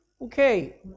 Okay